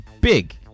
big